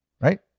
Right